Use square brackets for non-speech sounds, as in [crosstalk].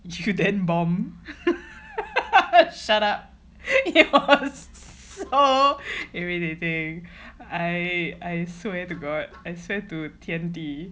you then bomb [laughs] shut up you're so irritating I I swear to god I swear to 天地